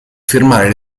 firmare